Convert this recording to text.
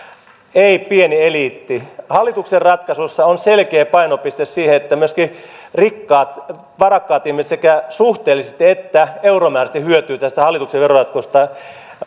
ei pieni eliitti hallituksen ratkaisussa on selkeä painopiste siinä että rikkaat varakkaat ihmiset sekä suhteellisesti että euromääräisesti hyötyvät tästä hallituksen veroratkaisusta